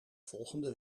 volgende